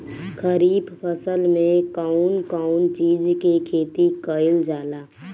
खरीफ फसल मे कउन कउन चीज के खेती कईल जाला?